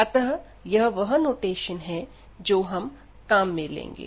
अतः यह वह नोटेशन है जो हम काम में लेंगे